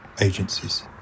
agencies